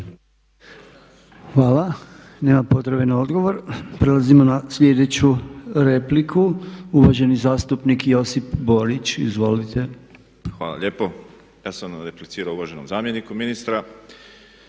Hvala. Nema potrebe na odgovor. Prelazimo na sljedeću repliku, uvaženi zastupnik Josip Borić. Izvolite. **Borić, Josip (HDZ)** Hvala lijepo. Ja sam replicirao uvaženom zamjeniku ministra.